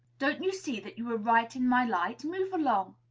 don't you see that you are right in my light? move along.